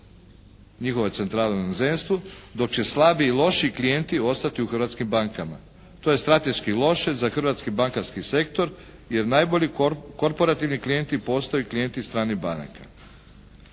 njihova centrala u inozemstvu, dok će slabiji i lošiji klijenti ostati u hrvatskim bankama. To je strateški loše za hrvatski bankarski sektor jer najbolji korporativni klijenti postaju klijenti stranih banaka.